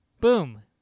Boom